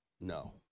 No